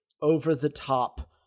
over-the-top